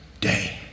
day